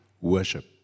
worship